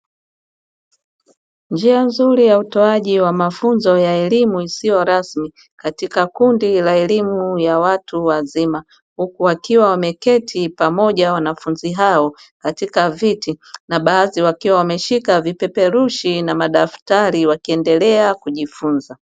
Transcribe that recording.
Njia nzuri ya utoaji wa mafunzo ya elimu isiyo rasmi katika kundi la elimu ya watu wazima huku akiwa wameketi pamoja wanafunzi hao katika viti na baadhi wakiwa wameshika vipeperu na madaftari wakiendelea kujifunza.